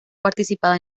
participado